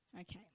Okay